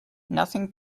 nothing